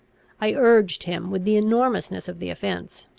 i urged him with the enormousness of the offence,